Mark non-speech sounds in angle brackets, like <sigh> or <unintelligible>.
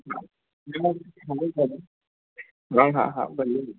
<unintelligible> हा हा हा भले